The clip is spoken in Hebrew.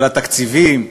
על התקציבים,